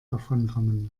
davonkommen